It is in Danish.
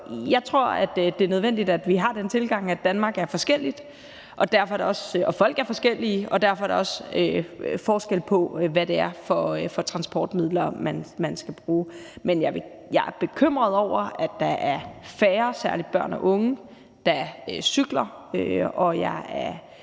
vi har den tilgang, at Danmark er forskelligt, og at folk er forskellige, og at der derfor også er forskel på, hvad det er for transportmidler, man skal bruge. Men jeg er bekymret over, at der er færre, særlig børn og unge, der cykler, og jeg har